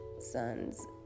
Sons